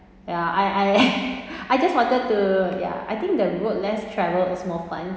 yaI I I just wanted to ya I think the road less travelled was more fun